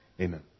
Amen